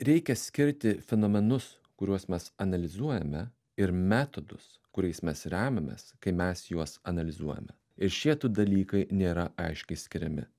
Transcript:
reikia skirti fenomenus kuriuos mes analizuojame ir metodus kuriais mes remiamės kai mes juos analizuojame ir šie du dalykai nėra aiškiai skiriami